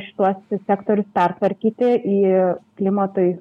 šituos sektorius pertvarkyti į klimatui